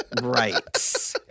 Right